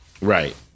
right